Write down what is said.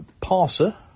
Parser